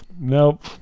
Nope